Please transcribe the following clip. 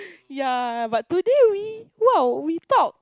yeah but today we !wow! we talk